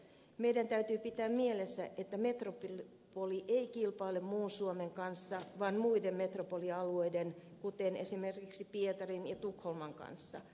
meidän täytyy pitää mielessä että metropoli ei kilpaile muun suomen kanssa vaan muiden metropolialueiden kuten esimerkiksi pietarin ja tukholman kanssa